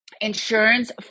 insurance